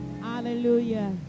Hallelujah